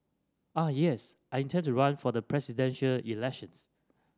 ah yes I intend to run for the presidential elections